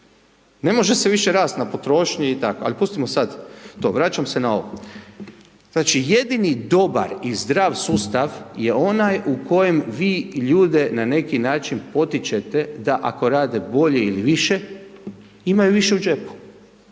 ne može se više rast na potrošnji i tako, ali pustimo sad to, vraćam se na ovo. Znači, jedini dobar i zdrav sustav je onaj u kojem vi ljude na neki način potičete da ako rade bolje il više, imaju više u džepu.